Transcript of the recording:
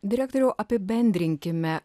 direktoriau apibendrinkime